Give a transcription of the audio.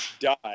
die